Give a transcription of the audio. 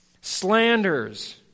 slanders